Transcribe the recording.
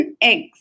eggs